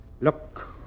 Look